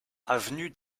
avenue